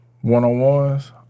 one-on-ones